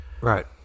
Right